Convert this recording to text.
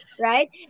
Right